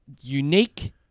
unique